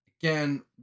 Again